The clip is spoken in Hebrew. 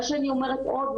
מה שאני אומרת עוד,